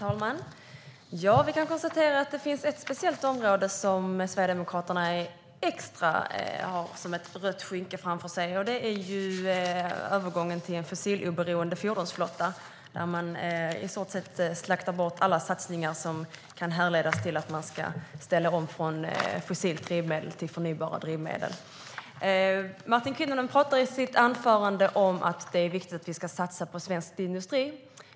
Herr talman! Jag kan konstatera att det finns ett speciellt område som är som ett rött skynke framför Sverigedemokraterna, och det gäller övergången till en fossiloberoende fordonsflotta. Sverigedemokraterna slaktar alla satsningar som kan härledas till att man ska ställa om från fossilt drivmedel till förnybara drivmedel. Martin Kinnunen sa i sitt anförande att det är viktigt att satsa på svensk industri.